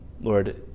Lord